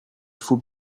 faut